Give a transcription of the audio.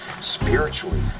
spiritually